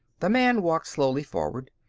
the man walked slowly forward.